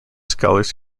scholars